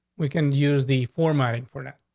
we can use the format and for that,